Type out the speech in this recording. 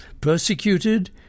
Persecuted